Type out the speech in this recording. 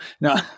No